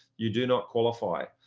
you do not qualify.